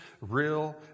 real